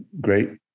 great